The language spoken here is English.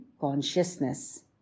consciousness